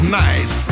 nice